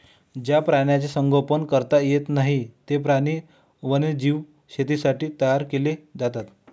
ज्या प्राण्यांचे संगोपन करता येत नाही, ते प्राणी वन्यजीव शेतीसाठी तयार केले जातात